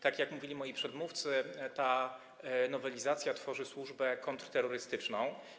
Tak jak mówili moi przedmówcy, ta nowelizacja tworzy służbę kontrterrorystyczną.